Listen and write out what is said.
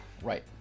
Right